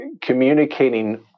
communicating